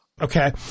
Okay